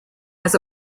has